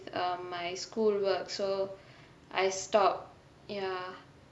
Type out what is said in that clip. um my schoolwork so I stopped ya